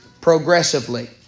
progressively